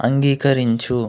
అంగీకరించు